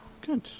Good